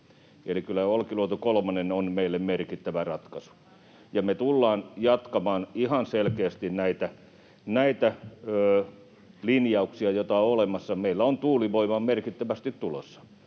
Olkiluoto kolmonen on meille merkittävä ratkaisu. Ja me tullaan jatkamaan ihan selkeästi näitä linjauksia, joita on olemassa. Meillä on tuulivoimaa merkittävästi tulossa,